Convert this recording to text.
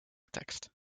tekst